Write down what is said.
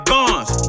Bonds